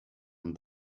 and